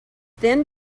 then